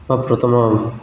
ବା ପ୍ରଥମ